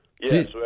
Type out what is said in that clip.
Yes